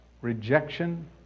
rejection